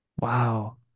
wow